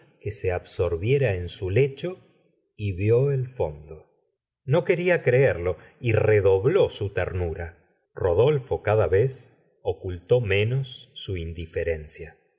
que se absorbiera en su lecho y vid el fondo no quería creerlo y redobló su ternura rodolfo cada vez ocultó menos su indiferencia